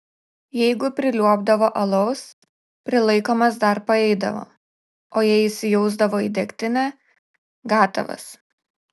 jeigu priliuobdavo alaus prilaikomas dar paeidavo o jei įsijausdavo į degtinę gatavas